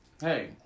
Hey